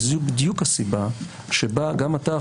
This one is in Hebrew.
וזו בדיוק הסיבה שבה גם אתה,